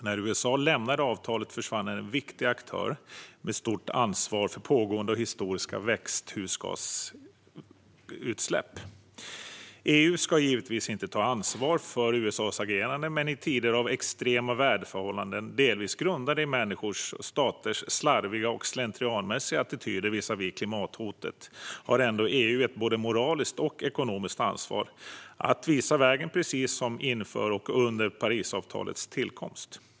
När USA lämnade avtalet försvann en viktig aktör med stort ansvar för pågående och historiska växthusgasutsläpp. EU ska givetvis inte ta ansvar för USA:s agerande. Men i tider av extrema väderförhållanden, delvis grundade i människors eller staters slarviga och slentrianmässiga attityder visavi klimathotet, har EU ändå ett både moraliskt och ekonomiskt ansvar att visa vägen, precis som inför och under Parisavtalets tillkomst.